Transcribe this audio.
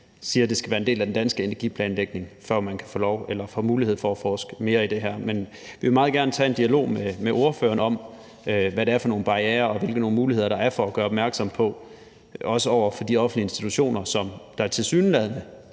siger, at det skal være en del af den danske energiplanlægning, for at man kan få lov til eller få mulighed for at forske mere i det her. Men vi vil meget gerne tage en dialog med ordføreren om, hvad det er for nogle barrierer, og hvilke muligheder der er for at gøre opmærksom på – også over for de offentlige institutioner, der tilsyneladende